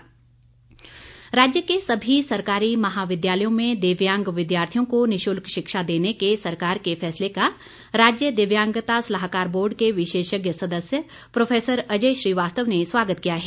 दिव्यांग राज्य के सभी सरकारी महाविद्यालयों में दिव्यांग विद्यार्थियों को निशल्क शिक्षा देने के सरकार के फैसले का राज्य दिव्यांगता सलाहाकार बोर्ड के विशेषज्ञ सदस्य प्रोफैसर अजय श्रीवास्तव ने स्वागत किया है